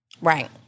Right